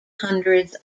hundreds